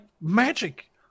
magic